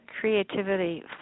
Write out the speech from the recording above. creativity